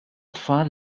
tfal